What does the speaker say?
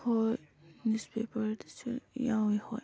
ꯍꯣꯏ ꯅ꯭ꯌꯨꯁ ꯄꯦꯄꯔꯗꯁꯨ ꯌꯥꯎꯏ ꯍꯣꯏ